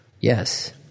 Yes